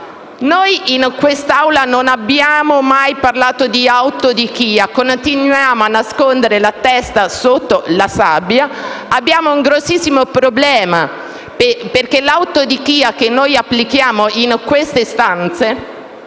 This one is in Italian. Noi in quest'Aula non abbiamo mai parlato di autodichia, continuiamo a nascondere la testa sotto la sabbia ma abbiamo un grandissimo problema perché l'autodichia che noi applichiamo in queste stanze